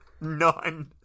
None